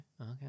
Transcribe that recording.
okay